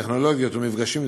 טכנולוגיות ומפגשים,